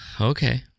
Okay